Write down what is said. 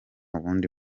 wundi